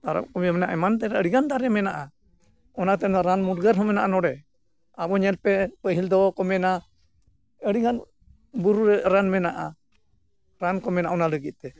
ᱛᱟᱨᱚᱵ ᱠᱚ ᱢᱮᱱᱟᱜᱼᱟ ᱮᱢᱟᱱᱛᱮᱭᱟᱜ ᱟᱹᱰᱤ ᱜᱟᱱ ᱫᱟᱨᱮ ᱢᱮᱱᱟᱜᱼᱟ ᱚᱱᱟᱛᱮ ᱱᱚᱣᱟ ᱨᱟᱱ ᱢᱩᱨᱜᱟᱹᱱ ᱦᱚᱸ ᱢᱮᱱᱟᱜᱼᱟ ᱱᱚᱸᱰᱮ ᱟᱵᱚ ᱧᱮᱞᱯᱮ ᱯᱟᱹᱦᱤᱞ ᱫᱚᱠᱚ ᱢᱮᱱᱟ ᱟᱹᱰᱤᱜᱟᱱ ᱵᱩᱨᱩ ᱨᱮ ᱨᱟᱱ ᱢᱮᱱᱟᱜᱼᱟ ᱨᱟᱱ ᱠᱚ ᱢᱮᱱᱟᱜᱼᱟ ᱚᱱᱟ ᱞᱟᱹᱜᱤᱫ ᱛᱮ